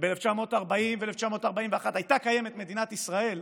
וב-1940 וב-1941 הייתה קיימת מדינת ישראל,